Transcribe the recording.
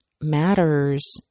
matters